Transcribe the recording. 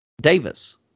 Davis